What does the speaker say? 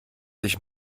dich